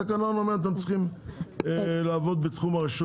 התקנון אומר שאתם צריכים לעבוד בתחום הרשות